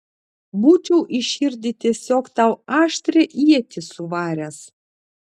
būčiau į širdį tiesiog tau aštrią ietį suvaręs